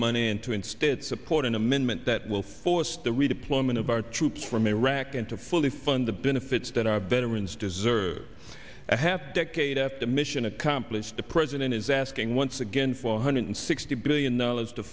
money into instead support an amendment that will force the redeployment of our troops from iraq and to fully fund the benefits that our veterans deserve a half a decade at the mission accomplished the president is asking once again four hundred sixty billion dollars to